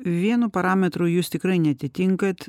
vienu parametru jūs tikrai neatitinkat